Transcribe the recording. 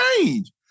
change